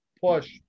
Push